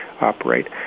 operate